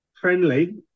friendly